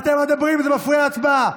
אתם מדברים, וזה מפריע להצבעה.